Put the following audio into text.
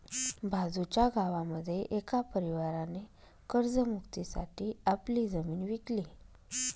बाजूच्या गावामध्ये एका परिवाराने कर्ज मुक्ती साठी आपली जमीन विकली